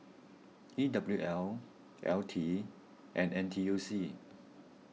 E W L L T and N T U C